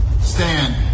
stand